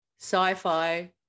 sci-fi